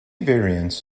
variants